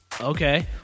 okay